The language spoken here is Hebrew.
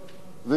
מי עוד?